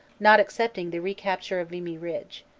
not excepting the recapture of vimy ridge.